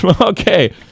Okay